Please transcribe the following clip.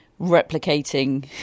replicating